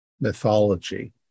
mythology